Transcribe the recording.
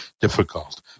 difficult